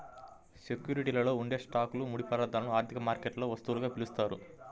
సెక్యూరిటీలలో ఉండే స్టాక్లు, ముడి పదార్థాలను ఆర్థిక మార్కెట్లలో వస్తువులుగా పిలుస్తారు